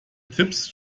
tipps